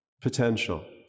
potential